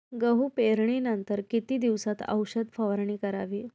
गहू पेरणीनंतर किती दिवसात औषध फवारणी करावी?